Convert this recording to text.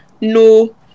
no